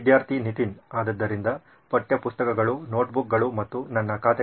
ವಿದ್ಯಾರ್ಥಿ ನಿತಿನ್ ಆದ್ದರಿಂದ ಪಠ್ಯಪುಸ್ತಕಗಳು ನೋಟ್ಬುಕ್ಗಳು ಮತ್ತು ನನ್ನ ಖಾತೆಗಳು